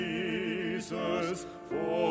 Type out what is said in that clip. Jesus